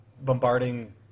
bombarding